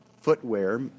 footwear